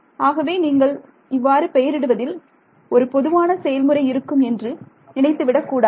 ஆகவே நீங்கள் ஒரு இவ்வாறு பெயர் இடுவதில் பொதுவான செயல்முறை இருக்கும் என்று நினைத்து விடக்கூடாது